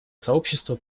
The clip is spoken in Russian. сообщества